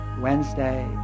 Wednesday